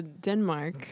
Denmark